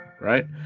Right